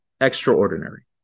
extraordinary